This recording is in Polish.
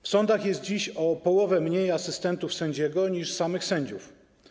W sądach jest dziś o połowę mniej asystentów sędziego niż samych sędziów.